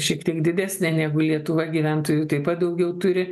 šiek tiek didesnė negu lietuva gyventojų taip pat daugiau turi